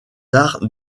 arts